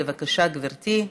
בבקשה, גברתי.